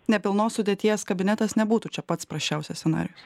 nepilnos sudėties kabinetas nebūtų čia pats prasčiausias scenarijus